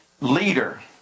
leader